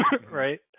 right